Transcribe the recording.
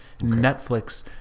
Netflix